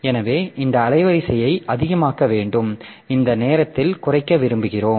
எனவே இந்த அலைவரிசையை அதிகமாக்க வேண்டும் இந்த நேரத்தில் குறைக்க விரும்புகிறோம்